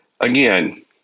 Again